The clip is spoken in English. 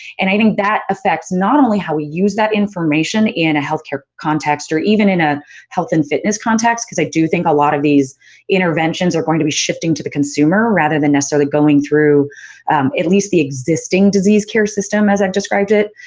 and, i think, that affects not only how we use that information in a healthcare context or even in a health and fitness context, because i do think a lot of these interventions are going to be shifting to the consumer rather than necessarily going through at least the existing disease care system, as i described it,